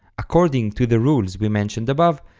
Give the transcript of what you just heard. according to the rules we mentioned above,